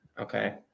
Okay